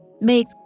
make